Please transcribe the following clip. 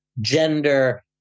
gender